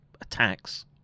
attacks